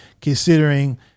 considering